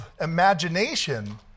imagination